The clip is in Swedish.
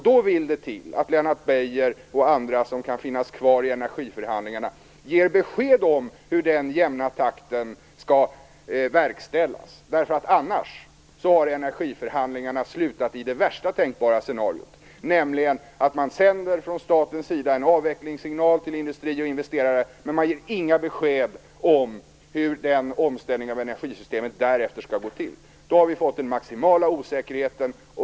Då vill det till att Lennart Beijer och andra som kan finnas kvar i energiförhandlingarna ger besked om hur skrivningen om den jämna takten skall verkställas. Annars har energiförhandlingarna slutat i det värsta tänkbara scenariot, nämligen att man från statens sida sänder en avvecklingssignal till industri och investerare utan att ge besked om hur omställningen av energisystemet därefter skall gå till. Då har vi fått maximal osäkerhet.